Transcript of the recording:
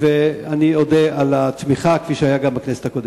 אני אודה על התמיכה, כפי שהיה גם בכנסת הקודמת.